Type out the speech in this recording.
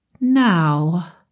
Now